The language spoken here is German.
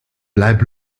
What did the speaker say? bleib